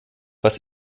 was